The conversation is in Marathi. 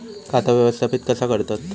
खाता व्यवस्थापित कसा करतत?